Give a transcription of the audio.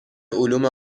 علوم